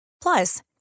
Plus